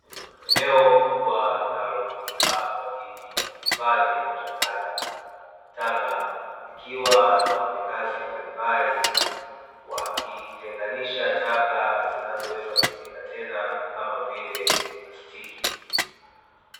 Eneo kubwa linalotumika kwa ajili ya kuhifadhi na kuchakata taka, likiwa na wafanyakazi mbalimbali, wakitenganisha taka zinazoweza kutumika tena, kama vile plastiki.